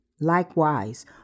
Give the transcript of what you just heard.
Likewise